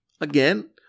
Again